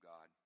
God